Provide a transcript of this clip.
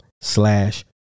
slash